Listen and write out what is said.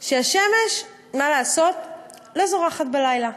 שהשמש, מה לעשות, לא זורחת בלילה.